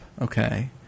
Okay